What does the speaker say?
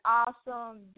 awesome